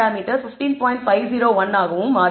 501 ஆகவும் மாறுகிறது